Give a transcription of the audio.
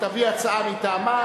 ותביא הצעה מטעמה,